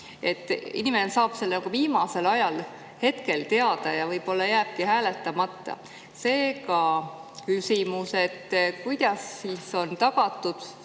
Inimene saab selle viimasel hetkel teada ja võib-olla tal jääbki hääletamata. Seega küsimus: kuidas on tagatud